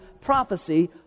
prophecy